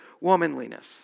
womanliness